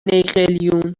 نیقلیون